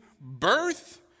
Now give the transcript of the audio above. birth